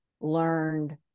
learned